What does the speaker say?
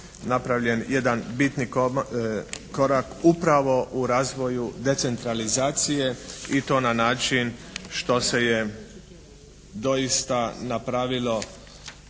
napravljen jedan bitni korak upravo u razvoju decentralizacije i to na način što se je doista napravilo